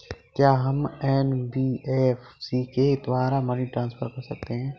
क्या हम एन.बी.एफ.सी के द्वारा मनी ट्रांसफर कर सकते हैं?